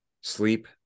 sleep